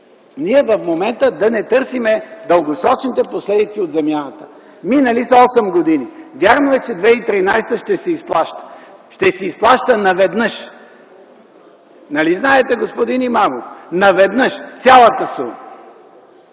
в момента да не търсим дългосрочните последици от замяната. Минали са 8 години. Вярно е, че през 2013 г. ще се изплаща – ще се изплаща наведнъж. Нали знаете, господин Имамов? Наведнъж цялата сума,